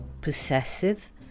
possessive